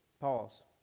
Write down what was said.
pause